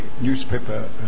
newspaper